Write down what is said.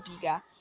bigger